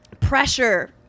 pressure